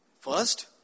First